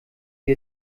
wie